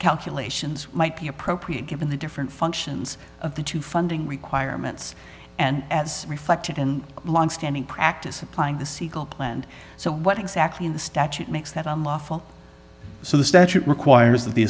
calculations might be appropriate given the different functions of the two funding requirements and as reflected in longstanding practice applying the siegel planned so what exactly in the statute makes that unlawful so the statute requires that the